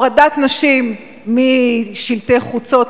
הורדת נשים משלטי חוצות,